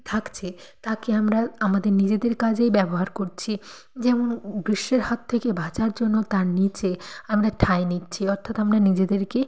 থাকছে তাকে আমরা আমাদের নিজেদের কাজেই ব্যবহার করছি যেমন গ্রীষ্মের হাত থেকে বাঁচার জন্য তার নিচে আমরা ঠাঁই নিচ্ছি অর্থাৎ আমরা নিজেদেরকে